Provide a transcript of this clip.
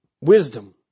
wisdom